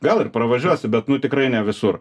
gal ir pravažiuosi bet nu tikrai ne visur